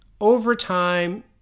overtime